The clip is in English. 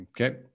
Okay